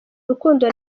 urukundo